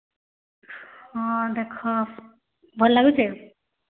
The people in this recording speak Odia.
ହଁ ଦେଖ ଭଲ୍ ଲାଗୁଛେ